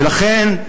ולכן,